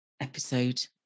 episode